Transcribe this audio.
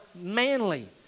manly